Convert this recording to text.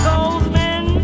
Goldman